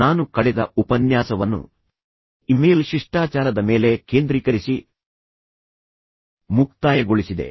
ನಾನು ಕಳೆದ ಉಪನ್ಯಾಸವನ್ನು ಇಮೇಲ್ ಶಿಷ್ಟಾಚಾರದ ಮೇಲೆ ಕೇಂದ್ರೀಕರಿಸಿ ಮುಕ್ತಾಯಗೊಳಿಸಿದೆ